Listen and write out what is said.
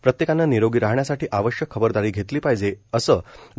प्रत्येकानं निरोगी राहण्यासाठी आवश्यक खबरदारी घेतली पाहिजे असं डॉ